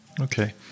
Okay